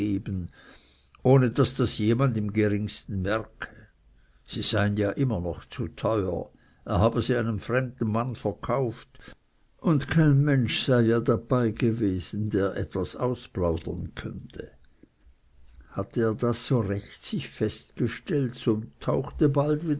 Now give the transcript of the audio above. ohne daß das jemand im geringsten merke sie seien ja immer noch zu teuer er habe sie einem fremden mann verkauft und kein mensch sei ja dabeigewesen der etwas ausplaudern konnte hatte er das so recht sich festgestellt so tauchte bald